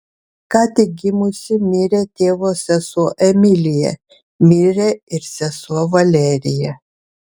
ką tik gimusi mirė tėvo sesuo emilija mirė ir sesuo valerija